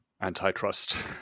antitrust